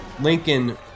Lincoln